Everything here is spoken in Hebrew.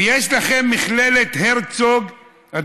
ויש לכם מכללת הרצוג לחינוך,